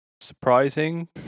surprising